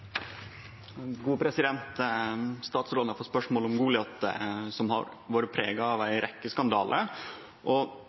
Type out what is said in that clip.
Statsråden har fått spørsmål om Goliat, som har vore prega av ei